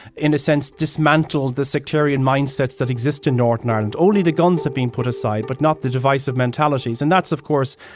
in a sense, dismantled the sectarian mindsets that exist in northern ireland. only the guns have been put aside but not the divisive mentalities, and that's, of course,